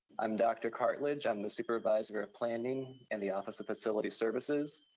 i'm dr. cartlidge, i'm the supervisor of planning in the office of facility services.